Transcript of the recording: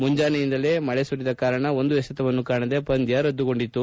ಮುಂಜಾನೆಯಿಂದಲೇ ಮಳೆ ಸುರಿದ ಕಾರಣ ಒಂದು ಎಸೆತವನ್ನೂ ಕಾಣದೆ ಪಂದ್ಯ ರದ್ದುಗೊಂಡಿತು